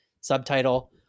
subtitle